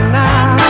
now